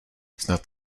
snad